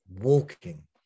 walking